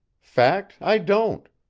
fact, i don't.